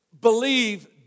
believe